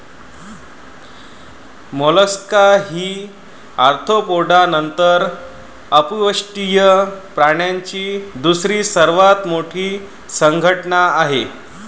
Mollusca ही Arthropoda नंतर अपृष्ठवंशीय प्राण्यांची दुसरी सर्वात मोठी संघटना आहे